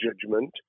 judgment